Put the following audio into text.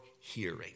hearing